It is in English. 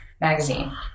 magazine